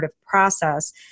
process